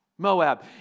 Moab